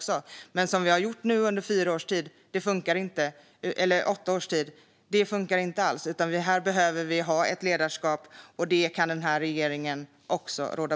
Så som det har varit nu under åtta års tid funkar det inte alls, utan här behövs ett ledarskap som den här regeringen kan ta.